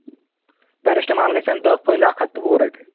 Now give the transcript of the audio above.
paracetamol گَژھن دہ فٔلۍ اَکھ ہَتھ تہٕ وُہ رۄپیہٕ